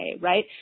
right